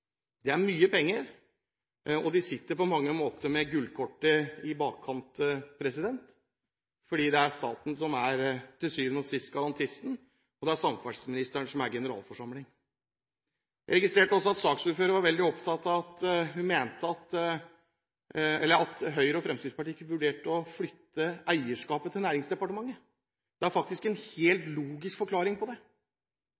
Det er mye penger, og de sitter på mange måter med gullkortet i bakkant, fordi det er staten som til syvende og sist er garantisten, og det er samferdselsministeren som er generalforsamling. Jeg registrerte også at saksordføreren var veldig opptatt av at Høyre og Fremskrittspartiet ikke vurderte å flytte eierskapet til Næringsdepartementet. Det er faktisk en